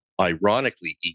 ironically